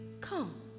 come